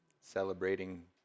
Celebrating